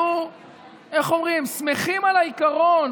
אנחנו שמחים על העיקרון